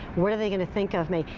what are they going to think of me?